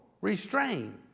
restrain